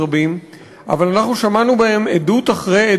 לא היו בהם חברי כנסת רבים,